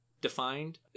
defined